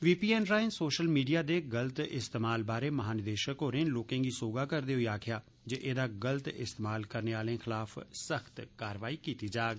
वी P N राएं social मीडिये दे गलत इस्तेमाल बारै महानिदेशक होरें लोकें गी सौहगा करदे होई आक्खेआ जे ऐदा गल्त इस्तेमाल करने आले खिलाफ सख्त कारवाई कीती जाग